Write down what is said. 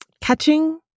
catching